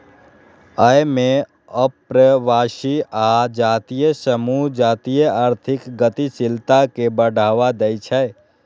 अय मे अप्रवासी आ जातीय समूह जातीय आर्थिक गतिशीलता कें बढ़ावा दै छै